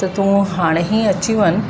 त तू हाणे ई अची वञु